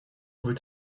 vous